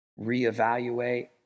reevaluate